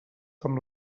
com